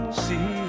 see